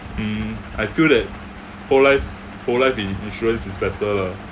mm I feel that whole life whole life in insurance is better lah